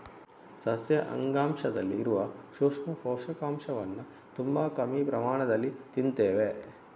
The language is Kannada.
ಸಸ್ಯ ಅಂಗಾಂಶದಲ್ಲಿ ಇರುವ ಸೂಕ್ಷ್ಮ ಪೋಷಕಾಂಶವನ್ನ ತುಂಬಾ ಕಮ್ಮಿ ಪ್ರಮಾಣದಲ್ಲಿ ತಿಂತೇವೆ